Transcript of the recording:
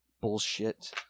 bullshit